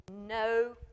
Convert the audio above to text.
no